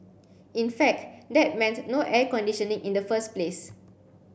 in fact that meant no air conditioning in the first place